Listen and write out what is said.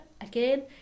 again